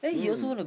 mm